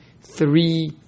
three